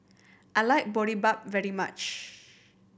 I like Boribap very much